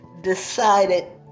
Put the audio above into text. decided